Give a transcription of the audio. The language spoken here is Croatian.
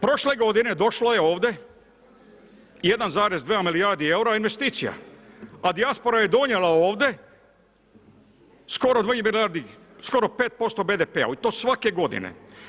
Prošle godine došlo je ovdje 1,2 milijardi eura investicija, a dijaspora je donijela ovdje skoro 2 milijarde skoro 5% BDP-a i to svake godine.